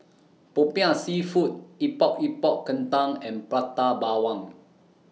Popiah Seafood Epok Epok Kentang and Prata Bawang